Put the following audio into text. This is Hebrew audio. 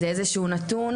זה איזה שהוא נתון,